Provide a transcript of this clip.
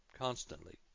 constantly